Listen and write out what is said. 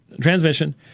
transmission